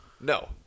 no